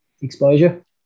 exposure